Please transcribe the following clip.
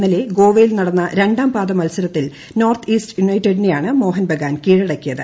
ഇന്നലെ ഗോവയിൽ നടന്ന രണ്ടാം പാദ മത്സരത്തിൽ നോർത്ത് ഈസ്റ്റ് യുണൈറ്റഡിനെ യാണ് മോഹൻ ബഗാൻ കീഴടക്കിയത്